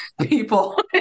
people